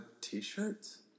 t-shirts